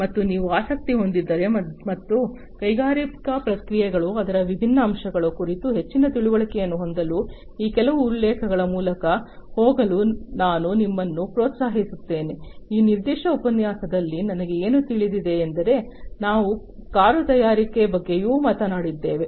ಮತ್ತು ನೀವು ಆಸಕ್ತಿ ಹೊಂದಿದ್ದರೆ ಮತ್ತು ಕೈಗಾರಿಕಾ ಪ್ರಕ್ರಿಯೆಗಳು ಅದರ ವಿಭಿನ್ನ ಅಂಶಗಳು ಕುರಿತು ಹೆಚ್ಚಿನ ತಿಳುವಳಿಕೆಯನ್ನು ಹೊಂದಲು ಈ ಕೆಲವು ಉಲ್ಲೇಖಗಳ ಮೂಲಕ ಹೋಗಲು ನಾನು ನಿಮ್ಮನ್ನು ಪ್ರೋತ್ಸಾಹಿಸುತ್ತೇನೆ ಈ ನಿರ್ದಿಷ್ಟ ಉಪನ್ಯಾಸದಲ್ಲಿ ನನಗೆ ಏನು ತಿಳಿದಿದೆ ಎಂದರೆ ನಾವು ಕಾರು ತಯಾರಿಕೆ ಬಗ್ಗೆಯೂ ಮಾತನಾಡಿದ್ದೇವೆ